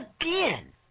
again